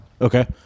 Okay